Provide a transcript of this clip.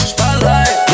Spotlight